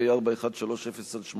פ/4130/18,